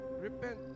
repent